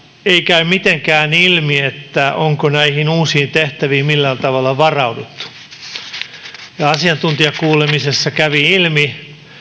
ei käy mitenkään ilmi onko näihin uusiin tehtäviin millään tavalla varauduttu ja asiantuntijakuulemisessa kävi ilmi